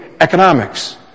economics